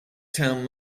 town